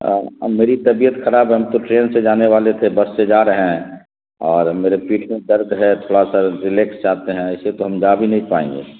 میری طبیعت خراب ہے ہم تو ٹرین سے جانے والے تھے بس سے جا رہے ہیں اور میرے پیٹھ میں درد ہے تھوڑا سا ریلیکس چاہتے ہیں ایسے تو ہم جا بھی نہیں پائیں گے